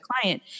client